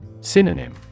Synonym